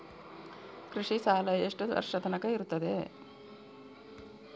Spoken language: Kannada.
ಕೃಷಿ ಸಾಲ ಎಷ್ಟು ವರ್ಷ ತನಕ ಇರುತ್ತದೆ?